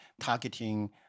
targeting